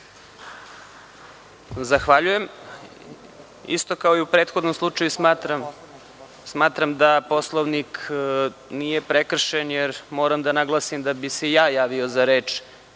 Zahvaljujem. Isto kao i u prethodnom slučaju, smatram da Poslovnik nije prekršen, jer moram da naglasim da bih se i ja javio za reč